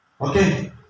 Okay